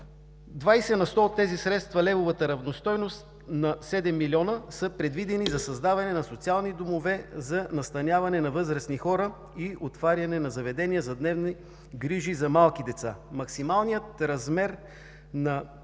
20 на сто от тези средства – левовата равностойност на 7 милиона – са предвидени за създаване на социални домове за настаняване на възрастни хора и отваряване на заведения за дневни грижи за малки деца. Максималният размер на